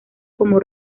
como